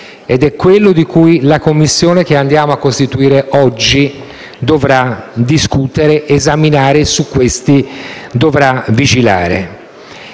quello di cui la Commissione che andiamo a costituire oggi dovrà discutere, esaminare e su cui dovrà vigilare.